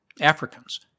Africans